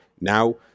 now